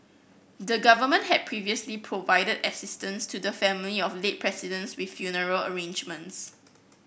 the Government has previously provided assistance to the family of late Presidents with funeral arrangements